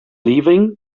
leaving